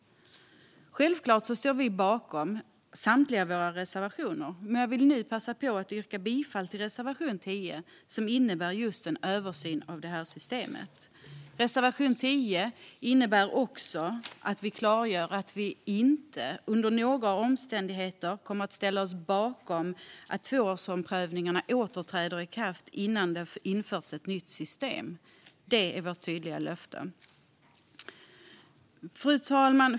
Givetvis står vi bakom samtliga våra reservationer, men jag yrkar bifall till reservation 10, som just innebär en översyn av detta system. I reservation 10 klargör vi också att vi inte under några omständigheter kommer att ställa oss bakom att tvåårsprövningarna åter träder i kraft innan det har införts ett nytt system. Det är vårt tydliga löfte. Fru talman!